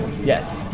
Yes